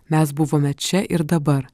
mes buvome čia ir dabar